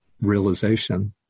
realization